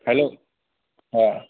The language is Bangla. হ্যালো হ্যাঁ